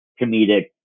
comedic